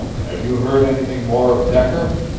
have you heard anything more of decker?